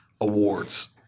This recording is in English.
awards